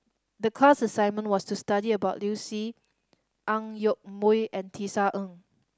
the class assignment was to study about Liu Si Ang Yoke Mooi and Tisa Ng